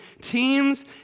teams